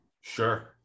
Sure